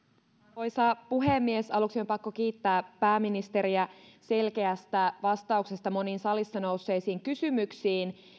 arvoisa puhemies aluksi on pakko kiittää pääministeriä selkeästä vastauksesta moniin salissa nousseisiin kysymyksiin